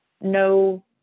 no